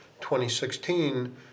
2016